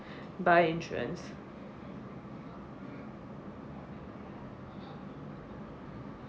buy insurance